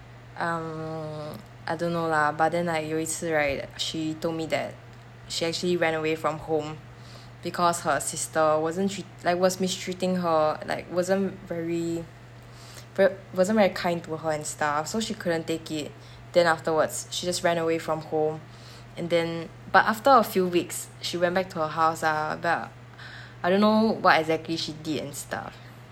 um I don't know lah but then like 有一次 right she told me that she actually ran away from home because her sister wasn't tre~ like was mistreating her like wasn't very ve~ wasn't very kind to her and stuff so she couldn't take it then afterwards she just ran away from home and then but after a few weeks she went back to our house ah but I don't know what exactly she did and stuff